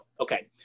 Okay